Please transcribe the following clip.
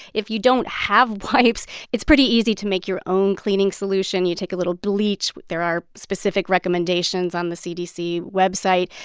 if you don't have wipes, it's pretty easy to make your own cleaning solution. you take a little bleach. there are specific recommendations on the cdc website.